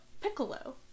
piccolo